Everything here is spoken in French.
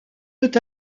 peut